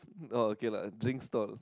oh okay lah drink stall